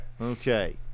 Okay